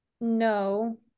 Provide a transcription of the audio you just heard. No